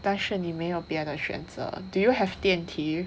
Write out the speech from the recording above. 但是你没有别的选择 do you have 电梯